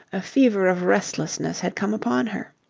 a fever of restlessness had come upon her.